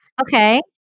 Okay